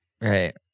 Right